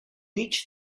nič